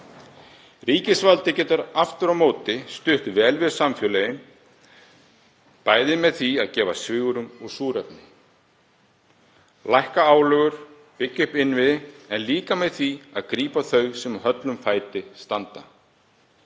Ríkisvaldið getur aftur á móti stutt vel við samfélögin, bæði með því að gefa svigrúm og súrefni, lækka álögur, byggja upp innviði en líka með því að grípa þau sem höllum fæti standa.